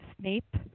Snape